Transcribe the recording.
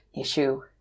issue